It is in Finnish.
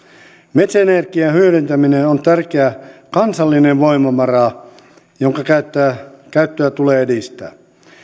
metsäenergian hyödyntäminen on tärkeä kansallinen voimavara jonka käyttöä tulee edistää